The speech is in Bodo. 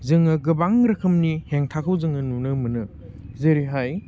जोङो गोबां रोखोमनि हेंथाखौ जोङो नुनो मोनो जेरैहाय